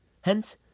Hence